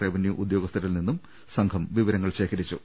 revenue ഉദ്യോ ഗസ്ഥരിൽനിന്നും സംഘം വിവരങ്ങൾ ശേഖരിച്ചു